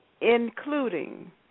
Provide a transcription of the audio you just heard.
including